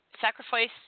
sacrifice